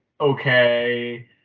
okay